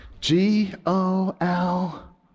G-O-L